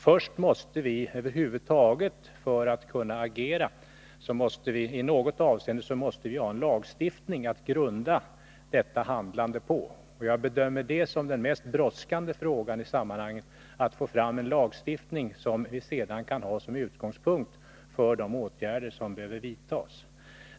För att över huvud taget kunna agera i något avseende måste vi först ha en lagstiftning att grunda detta handlande på. Jag bedömer att den mest brådskande frågan i sammanhanget är att få fram en lagstiftning, som vi sedan kan ha som utgångspunkt för de åtgärder som behöver vidtas.